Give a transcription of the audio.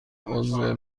عضو